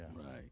Right